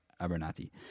Abernathy